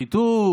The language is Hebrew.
שחיתות,